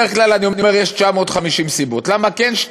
בדרך כלל יש 950 סיבות, למה כן?